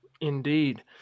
Indeed